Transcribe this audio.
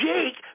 Jake